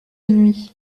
nuit